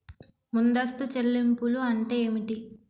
ముందస్తు చెల్లింపులు అంటే ఏమిటి?